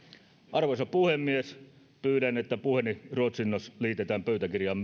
arvoisa puhemies pyydän että puheeni ruotsinnos liitetään pöytäkirjaan